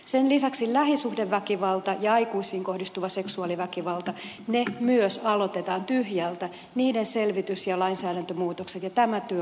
sen lisäksi lähisuhdeväkivalta ja aikuisiin kohdistuva seksuaaliväkivalta ne myös aloitetaan tyhjältä pöydältä niiden selvitys ja lainsäädäntömuutokset ja tämä työ on käynnissä